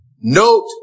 Note